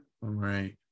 Right